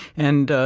and,